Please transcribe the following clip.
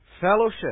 fellowship